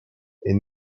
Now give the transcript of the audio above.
est